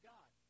God